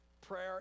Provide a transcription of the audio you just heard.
Prayer